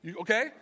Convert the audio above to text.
okay